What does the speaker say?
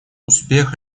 успех